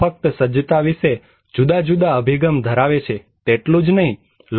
લોકો ફક્ત સજ્જતા વિશે જુદા જુદા અભિગમ ધરાવે છે તેટલું જ નહીં